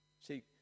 see